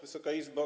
Wysoka Izbo!